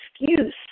excuse